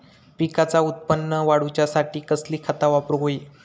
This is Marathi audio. पिकाचा उत्पन वाढवूच्यासाठी कसली खता वापरूक होई?